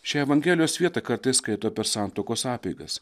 šią evangelijos vietą kartais skaito per santuokos apeigas